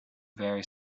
very